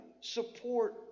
Support